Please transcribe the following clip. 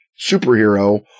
superhero